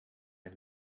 ein